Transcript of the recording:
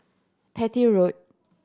Petir Road